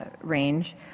range